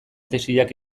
tesiak